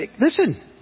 listen